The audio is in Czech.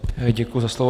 Děkuji za slovo.